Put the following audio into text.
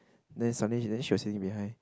then suddenly he then she was sitting behind